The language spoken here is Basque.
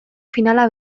finala